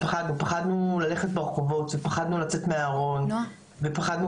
פחדנו ללכת ברחובות ופחדנו לצאת מהארון ופחדנו